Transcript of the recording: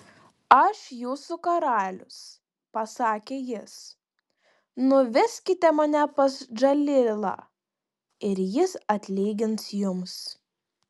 aš jūsų karalius pasakė jis nuveskite mane pas džalilą ir jis atlygins jums